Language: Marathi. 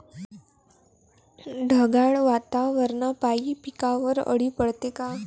ढगाळ वातावरनापाई पिकावर अळी पडते का?